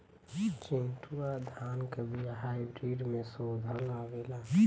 चिन्टूवा धान क बिया हाइब्रिड में शोधल आवेला?